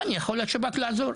אז כאן יכול השב״כ לעזור,